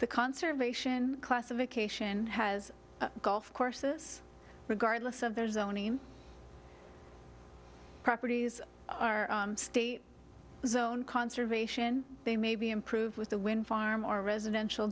the conservation classification has golf courses regardless of their zoning properties are state zone conservation they may be improved with the wind farm or residential